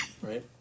right